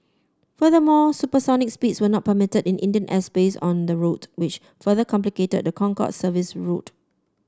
furthermore supersonic speeds were not permitted in Indian airspace on the route which further complicated the Concorde service's route